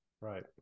Right